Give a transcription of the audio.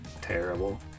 terrible